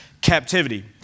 captivity